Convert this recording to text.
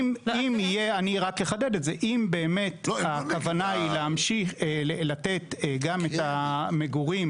אני רק אחדד את זה: אם באמת הכוונה היא להמשיך ולתת גם את המגורים,